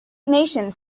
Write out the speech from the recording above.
nations